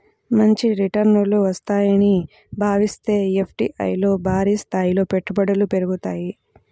మంచి రిటర్నులు వస్తాయని భావిస్తే ఎఫ్డీఐల్లో భారీస్థాయిలో పెట్టుబడులు పెరుగుతాయి